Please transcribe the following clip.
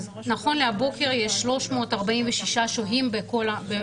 נכון לבוקר זה, יש 346 שוהים בכל המלוניות.